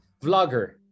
vlogger